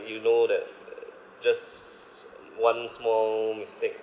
you know that just one small mistake